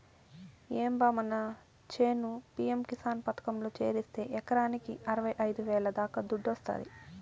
ఏం బా మన చేను పి.యం కిసాన్ పథకంలో చేరిస్తే ఎకరాకి అరవైఐదు వేల దాకా దుడ్డొస్తాది